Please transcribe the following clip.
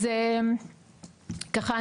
אז ככה,